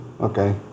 Okay